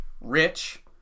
rich